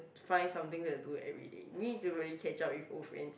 find something that to do everyday we need to really catch up with old friends